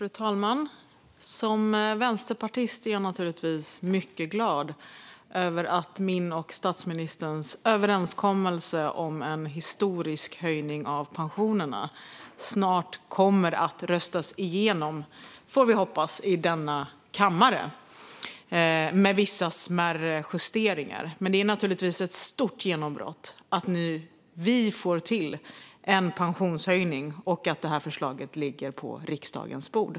Fru talman! Som vänsterpartist är jag naturligtvis mycket glad över att min och statsministerns överenskommelse om en historisk höjning av pensionerna snart kommer att röstas igenom, får vi hoppas, i denna kammare med vissa smärre justeringar. Det är naturligtvis ett stort genombrott att vi nu får till en pensionshöjning och att förslaget ligger på riksdagens bord.